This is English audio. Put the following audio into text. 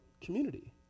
community